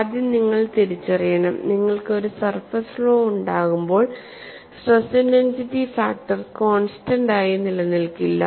ആദ്യം നിങ്ങൾ തിരിച്ചറിയണം നിങ്ങൾക്ക് ഒരു സർഫേസ് ഫ്ലോ ഉണ്ടാകുമ്പോൾസ്ട്രെസ് ഇന്റൻസിറ്റി ഫാക്ടർ കോൺസ്റ്റന്റ് ആയി നിലനിൽക്കില്ല